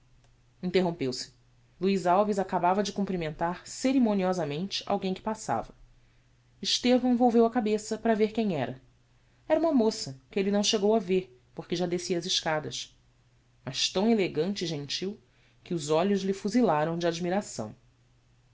interrompeu-se luiz alves acabava de comprimentar ceremoniosamente alguem que passava estevão volveu a cabeça para ver quem era era uma moça que elle não chegou a ver porque já descia as escadas mas tão elegante e gentil que os olhos lhe fuzilaram de admiração